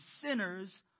sinners